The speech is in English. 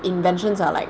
inventions are like